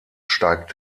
steigt